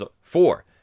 four